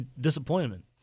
Disappointment